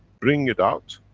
bring it out